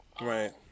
Right